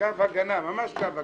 קו הגנה, ממש קו הגנה.